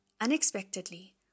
unexpectedly